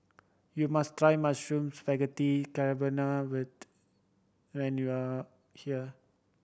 you must try Mushroom Spaghetti Carbonara when you are here